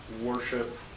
worship